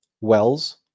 wells